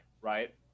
right